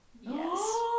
Yes